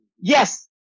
Yes